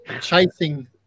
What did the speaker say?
chasing